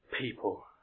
people